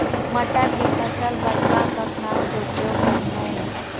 मटर के फसल बर का का खाद के उपयोग करना ये?